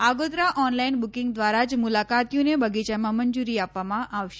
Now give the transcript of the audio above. આગોતરા online booking દ્વારા જ મુલાકાતીઓને બગીયામાં મંજૂરી આપવામાં આવશે